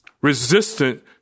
resistant